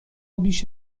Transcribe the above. بیش